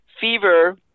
fever